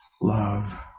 love